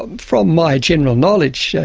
from my general knowledge,